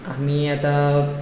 आमी आतां